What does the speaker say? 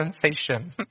sensation